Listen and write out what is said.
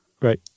Right